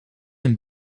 een